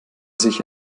sich